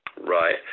Right